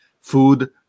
food